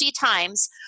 times